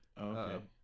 Okay